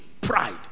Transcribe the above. pride